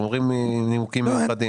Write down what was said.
הם אומרים נימוקים מיוחדים.